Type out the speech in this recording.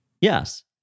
Yes